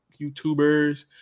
YouTubers